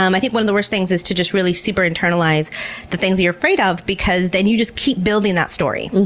um i think one of the worst things is to just really super-internalize the things you're afraid of because then you just keep building that story,